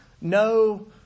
no